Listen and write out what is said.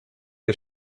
der